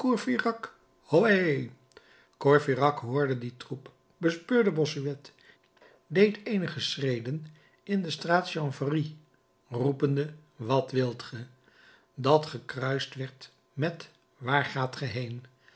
courfeyrac hoorde dien roep bespeurde bossuet deed eenige schreden in de straat chanvrerie roepende wat wilt ge dat gekruist werd met waar